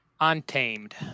Untamed